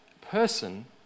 person